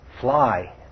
Fly